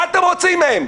מה אתם רוצים מהם?